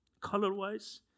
Color-wise